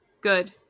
good